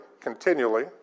continually